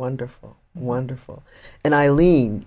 wonderful wonderful and eile